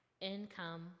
income